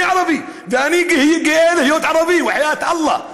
אני ערבי, ואני גאה להיות ערבי, בחייאת אללה.